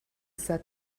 said